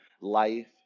life